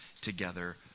together